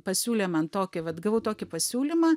pasiūlė man tokį vat gavau tokį pasiūlymą